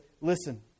listen